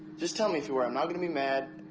just tell me if you were. i'm not going to be mad.